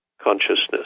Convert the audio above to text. consciousness